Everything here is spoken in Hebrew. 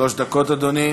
שלוש דקות, אדוני.